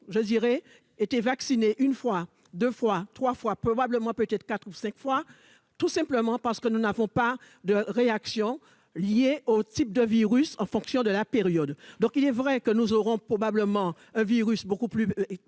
je dirais était vacciné une fois deux fois trois fois probablement peut-être 4 ou 5 fois, tout simplement parce que nous n'avons pas de réaction liée au type de virus en fonction de la période, donc il est vrai que nous aurons probablement un virus beaucoup plus